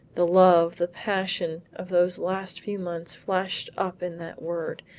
the love, the passion of those last few months flashed up in that word.